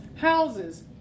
houses